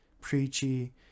preachy